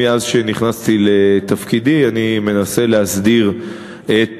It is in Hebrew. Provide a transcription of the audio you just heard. מאז נכנסתי לתפקידי אני מנסה להסדיר את